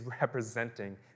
representing